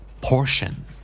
Portion